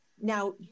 now